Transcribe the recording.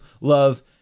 Love